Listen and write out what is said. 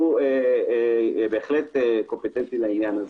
והוא בהחלט קומפיטנטי לעניין הזה.